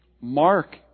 Mark